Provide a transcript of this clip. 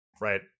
right